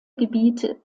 gebiete